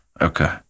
Okay